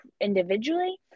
individually